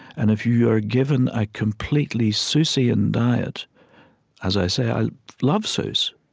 and if you are given a completely seussian diet as i say, i love seuss,